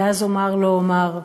/ ואז אומר לו, אומר: